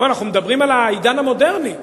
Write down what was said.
אנחנו מדברים על העידן המודרני,